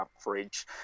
average